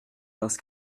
parce